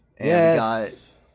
Yes